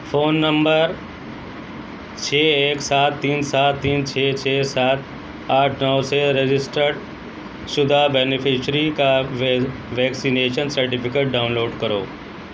phone number چھ ایک سات تین سات تین چھ چھ سات آٹھ نو سے رجسٹرڈ شدہ بینیفیشری کا ویکسینیشن سرٹیفکیٹ ڈاؤن لوڈ کرو